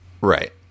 Right